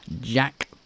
Jack